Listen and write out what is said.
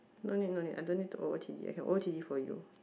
no need no need I don't need to o_o_t_d I can o_o_t_d for you